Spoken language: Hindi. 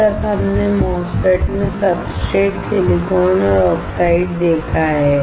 अब तक हमने MOSFET में सब्सट्रेट सिलिकॉन और ऑक्साइड देखा है